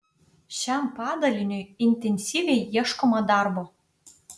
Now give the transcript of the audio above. šiam padaliniui intensyviai ieškoma darbo